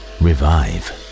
revive